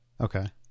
okay